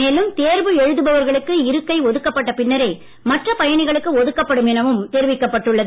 மேலும் தேர்வு எழுதுபவர்களுக்கு இருக்கை ஒதுக்கப்பட்ட பின்னரே மற்ற பயணிகளுக்கு ஒதுக்கப்படும் எனவும் தெரிவிக்கப்பட்டுள்ளது